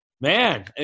man